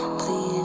please